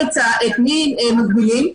ואת מי מגבילים?